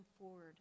forward